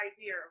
idea